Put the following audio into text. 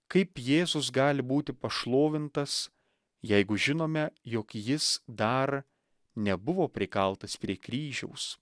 kaip jėzus gali būti pašlovintas jeigu žinome jog jis dar nebuvo prikaltas prie kryžiaus